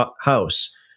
house